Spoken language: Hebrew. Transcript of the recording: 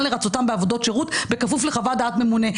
לרצותם בעבודות שירות בכפוף לחוות דעת ממונה.